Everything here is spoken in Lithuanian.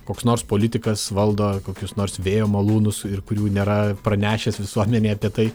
koks nors politikas valdo kokius nors vėjo malūnus ir kurių nėra pranešęs visuomenei apie tai